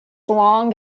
long